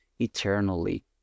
eternally